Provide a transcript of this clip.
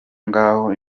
ngaho